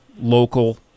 local